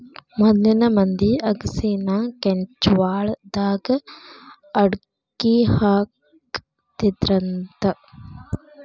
ಮೊದ್ಲಿನ ಮಂದಿ ಅಗಸಿನಾ ಕೆಂಜ್ವಾಳದಾಗ ಅಕ್ಡಿಹಾಕತ್ತಿದ್ರಂತ